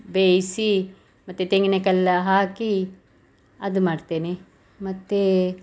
ಬೇಯಿಸಿ ಮತ್ತು ತೆಂಗಿನಕಾಯಲ್ಲ ಹಾಕಿ ಅದು ಮಾಡ್ತೇನೆ ಮತ್ತು